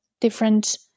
different